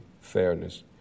fairness